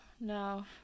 no